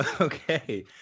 Okay